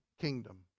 kingdom